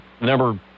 number